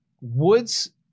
Woods